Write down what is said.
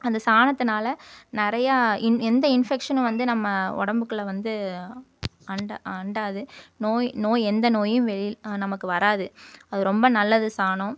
அந்த சாணத்தினால நிறையா எந்த இன்ஃபெக்க்ஷனும் வந்து நம்ம உடம்புக்குள்ள வந்து அண்டாது அண்டாது நோய் நோய் எந்த நோயும் வெளியில் நமக்கு வராது அது ரொம்ப நல்லது சாணம்